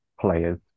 players